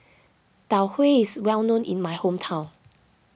Tau Huay is well known in my hometown